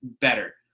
better